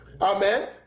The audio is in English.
Amen